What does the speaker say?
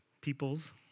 peoples